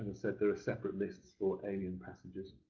and said, there are separate lists for alien passengers.